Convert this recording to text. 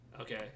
Okay